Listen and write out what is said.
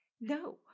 No